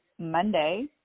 Monday